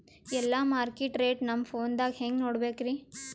ಎಲ್ಲಾ market rate ನಮ್ ಫೋನದಾಗ ಹೆಂಗ ನೋಡಕೋಬೇಕ್ರಿ?